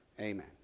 Amen